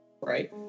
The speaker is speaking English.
right